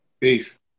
Peace